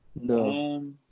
No